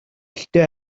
гэхдээ